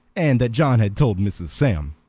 and that john had told mrs. sam.